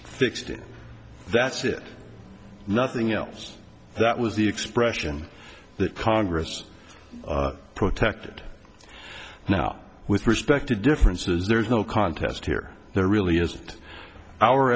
fixed it that's it nothing else that was the expression that congress protected now with respect to differences there's no contest here there really isn't our